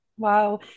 Wow